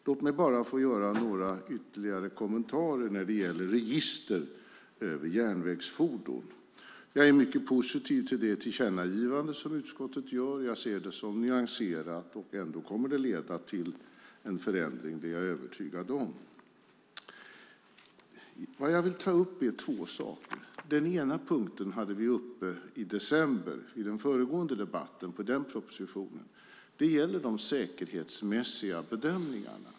Låt mig bara få göra ytterligare några kommentarer när det gäller register över järnvägsfordon. Jag är mycket positiv till utskottets tillkännagivande och ser det som nyanserat. Att det kommer att leda till en förändring är jag övertygad om. Jag vill ta upp två saker. Den ena punkten hade vi uppe i december i föregående debatt om propositionen då. Det gäller de säkerhetsmässiga bedömningarna.